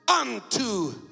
unto